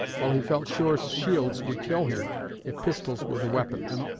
while he felt sure shields would kill him if pistols were the weapons.